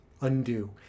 undo